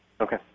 Okay